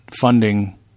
funding